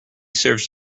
serves